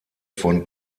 von